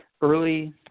early